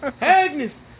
Agnes